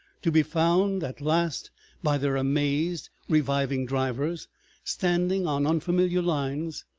to be found at last by their amazed, reviving drivers standing on unfamiliar lines,